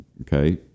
Okay